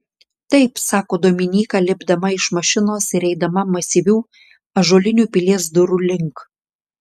taip sako dominyka lipdama iš mašinos ir eidama masyvių ąžuolinių pilies durų link